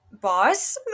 boss